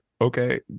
Okay